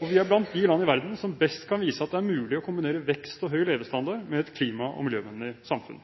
og vi er blant de land i verden som best kan vise at det er mulig å kombinere vekst og høy levestandard med et klima- og miljøvennlig samfunn.